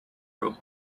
room